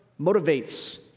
motivates